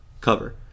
cover